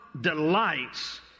delights